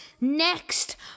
next